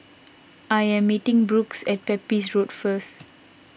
I am meeting Brooks at Pepys Road first